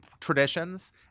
traditions